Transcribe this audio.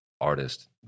artist